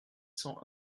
cent